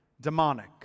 demonic